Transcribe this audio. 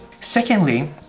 Secondly